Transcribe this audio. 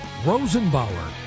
Rosenbauer